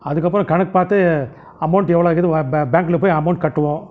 அதுக்கப்புறம் கணக்கு பார்த்து அமௌண்ட் எவ்வளோ இருக்குது பேங்க் பேங்க்கில் போயி அமௌண்ட் கட்டுவோம்